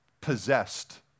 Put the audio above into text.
possessed